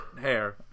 hair